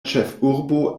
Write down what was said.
ĉefurbo